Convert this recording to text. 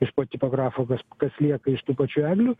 iš po tipografo kas kas lieka iš tų pačių eglių